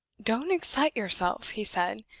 don't excite yourself, he said,